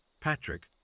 Patrick